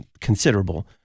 considerable